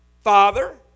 father